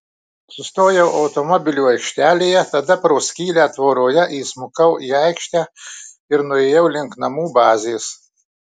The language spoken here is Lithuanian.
sustojau automobilių aikštelėje tada pro skylę tvoroje įsmukau į aikštę ir nuėjau link namų bazės